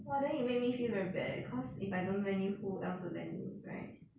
!wah! then you make me feel very bad leh cause if I don't lend you who else will lend you right